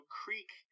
creek